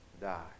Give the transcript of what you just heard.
die